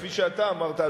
כפי שאתה אמרת,